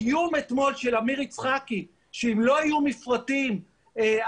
האיום של עמיר יצחקי שאם לא יהיו מפרטים הדרגים